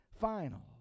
final